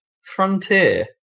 Frontier